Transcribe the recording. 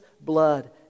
blood